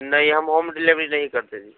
نہیں ہم home delivery نہیں کرتے جی